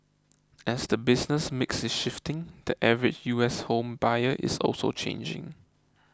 as the business mix is shifting the average U S home buyer is also changing